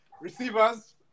receivers